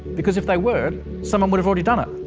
because if they weren't someone would have already done it.